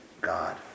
God